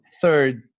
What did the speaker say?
Third